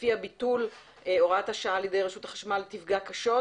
שלפיה ביטול הוראת השעה על-ידי רשות החשמל תפגע קשות,